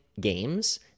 games